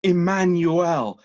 Emmanuel